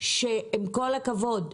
שעם כל הכבוד,